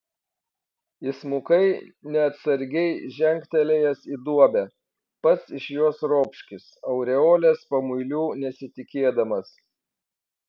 įsmukai neatsargiai žengtelėjęs į duobę pats iš jos ropškis aureolės pamuilių nesitikėdamas